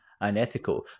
unethical